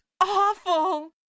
awful